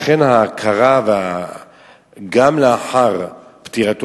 לכן ההכרה גם לאחר פטירתו.